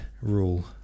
rule